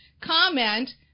comment